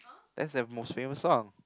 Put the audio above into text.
that's there most famous song